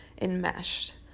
enmeshed